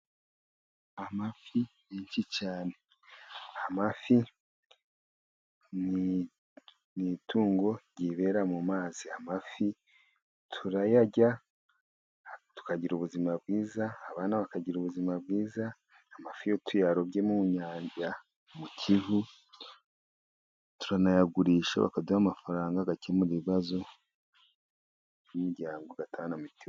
Amafi menshi cyane, amafi ni amatungo yibera mu mazi, amafi turayarya tukagira ubuzima bwiza, abana bakagira ubuzima bwiza, amafi iyo tuyarobye mu Nyanja, mu Kivu turanayagurisha bakaduha amafaranga agakemura ibibazo by'imiryango, tugatanga na mituweli.